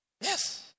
Yes